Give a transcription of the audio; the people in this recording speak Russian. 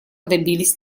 добились